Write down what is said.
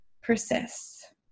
persists